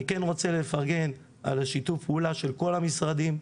אני כן רוצה לפרגן על שיתוף הפעולה של כל המשרדים.